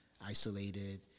isolated